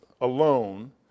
alone